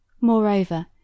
Moreover